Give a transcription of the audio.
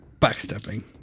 Backstepping